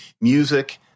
music